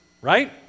right